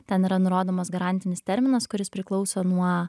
ten yra nurodomas garantinis terminas kuris priklauso nuo